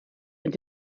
and